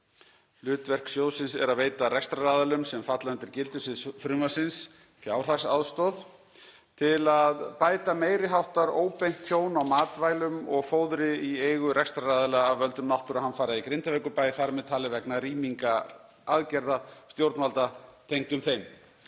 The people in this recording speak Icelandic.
Hlutverk sjóðsins er að veita rekstraraðilum sem falla undir gildissvið laganna fjárhagsaðstoð til að bæta meiri háttar óbeint tjón á matvælum og fóðri í eigu rekstraraðila af völdum náttúruhamfara í Grindavíkurbæ, þar með talið vegna rýmingaraðgerða stjórnvalda tengdum þeim.